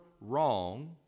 wrong